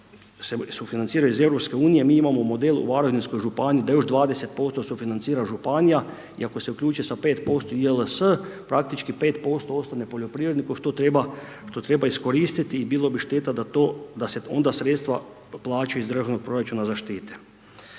se sufinanciraju iz EU-a, mi imamo model u Varaždinskoj županiji da još 20% sufinancira županija i ako se uključi sa 5% JLS, praktički 5% ostane poljoprivrednim što treba iskoristiti i bilo bi šteta da se onda sredstva plaćaju iz državnog proračuna za štete.